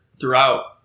Throughout